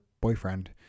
boyfriend